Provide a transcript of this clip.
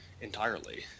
entirely